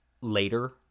later